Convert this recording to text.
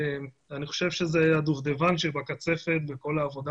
אני חושב שזה הדובדבן שבקצפת בכל העבודה